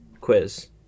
quiz